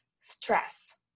stress